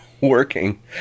working